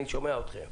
אני שומע אתכם.